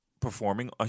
performing